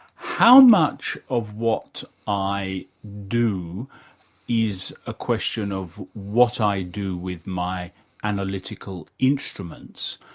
how much of what i do is a question of what i do with my analytical instruments,